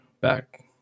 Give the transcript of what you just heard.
back